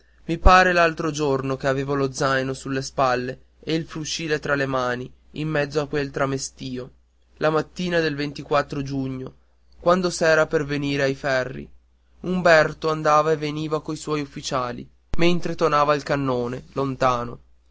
i pare l'altro giorno che avevo lo zaino sulle spalle e il fucile tra le mani in mezzo a quel tramestio la mattina del giugno quando s'era per venire ai ferri umberto andava e veniva coi suoi ufficiali mentre tonava il cannone lontano